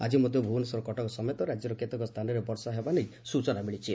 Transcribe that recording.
ଆକି ମଧ୍ଧ ଭୁବନେଶ୍ୱର କଟକ ସମେତ ରାଜ୍ୟର କେତେକ ସ୍ଥାନରେ ବର୍ଷା ହେବା ନେଇ ସ୍ୟଚନା ମିଳିଛି